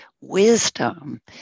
Wisdom